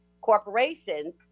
corporations